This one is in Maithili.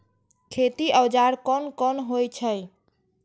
खेती औजार कोन कोन होई छै?